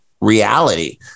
reality